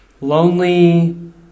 lonely